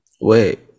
Wait